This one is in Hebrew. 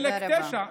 תודה רבה.